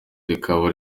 rikaba